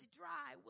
dry